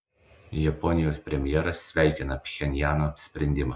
japonijos premjeras sveikina pchenjano sprendimą